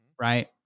right